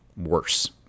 worse